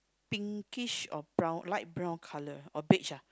pinkish or brown light brown colour or beige ah